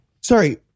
Sorry